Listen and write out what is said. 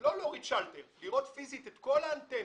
לא להוריד שלטר אלא לראות פיזית את כל האנטנות,